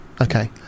Okay